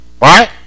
Right